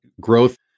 Growth